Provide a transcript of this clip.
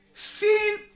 Sin